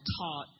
taught